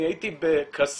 אני הייתי בקסול.